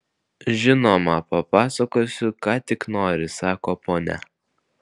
žinoma papasakosiu ką tik nori sako ponia